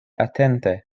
atente